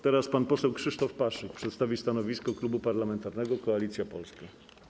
Teraz pan poseł Krzysztof Paszyk przedstawi stanowisko Klubu Parlamentarnego Koalicja Polska.